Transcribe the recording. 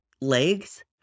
legs